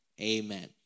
amen